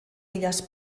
illes